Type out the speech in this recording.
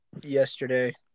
yesterday